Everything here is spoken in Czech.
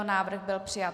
Návrh byl přijat.